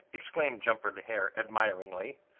exclaimed jumper the hare admiringly.